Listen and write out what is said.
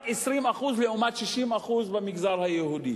רק 20%, לעומת 60% במגזר היהודי.